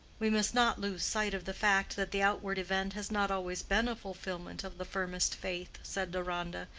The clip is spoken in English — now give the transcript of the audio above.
we must not lose sight of the fact that the outward event has not always been a fulfillment of the firmest faith, said deronda,